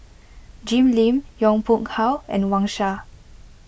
Jim Lim Yong Pung How and Wang Sha